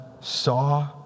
saw